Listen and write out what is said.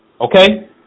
okay